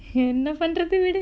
என்ன பண்றது விடு:enna panrathu vidu